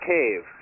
Cave